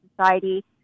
Society